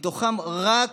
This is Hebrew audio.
ומהם רק